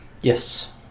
Yes